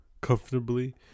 comfortably